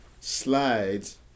slides